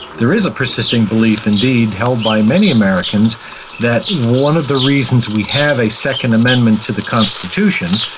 there is a persisting belief indeed held by many americans that one of the reasons we have a second amendment to the constitution,